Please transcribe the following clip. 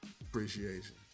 Appreciation